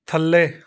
ਥੱਲੇ